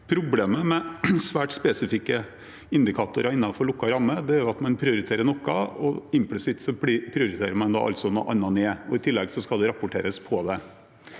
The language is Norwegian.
Problemet med svært spesifikke indikatorer innenfor lukket ramme er at man prioritere noe, og implisitt prioriterer man da noe annet ned. I tillegg skal det rapporteres på det.